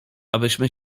abyśmy